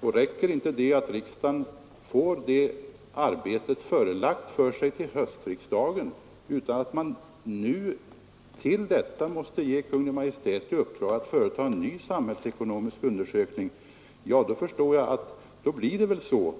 Räcker det inte att riksdagen får resultatet av det arbetet sig förelagt till höstsessionen, utan man nu måste till detta ge Kungl. Maj:t i uppdrag att företa en ny samhällsekonomisk undersökning, då förstår jag att det väl blir så.